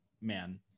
man